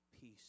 peace